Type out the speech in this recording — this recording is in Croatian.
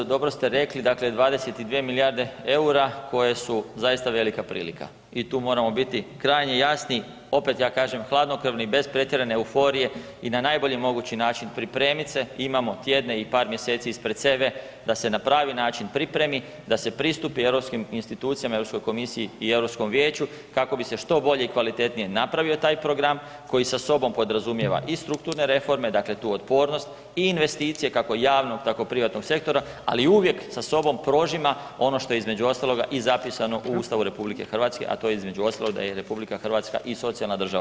Dobro ste rekli dakle 22 milijarde eura koje su zaista velika prilika i tu moramo biti krajnje jasni, opet ja kažem hladnokrvni, bez pretjerane euforije i na najbolji mogući način pripremiti se, imamo tjedne i par mjeseci ispred sebe da se na pravi način pripremi, da se pristupi europskim institucijama, Europskoj komisiji i Europskom vijeću kako bi se što bolje i kvalitetnije napravio taj program koji sa sobom podrazumijeva i strukturne reforme, dakle tu otpornost i investicije kako javnog tako privatnog sektora, ali uvijek sa sobom prožima ono što je između ostaloga zapisano u Ustavu RU, a to je da je RH i socijalna država.